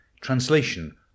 translation